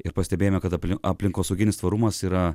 ir pastebėjome kad aplin aplinkosauginis tvarumas yra